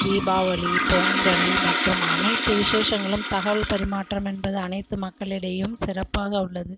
தீபாவளி பொங்கல் மற்றும் அனைத்து விஷேசங்களும் தகவல் பரிமாற்றம் என்பது அனைத்து மக்கள் இடையேயும் சிறப்பாக உள்ளது